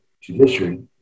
judiciary